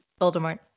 Voldemort